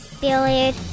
Billiard